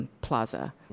Plaza